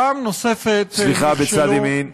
פעם נוספת, סליחה, בצד ימין.